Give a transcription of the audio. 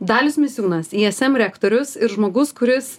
dalius misiūnas ism rektorius ir žmogus kuris